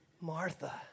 Martha